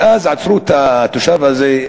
ואז עצרו את התושב הזה,